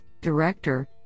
director